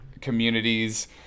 communities